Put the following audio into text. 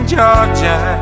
Georgia